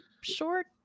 short